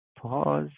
pause